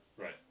Right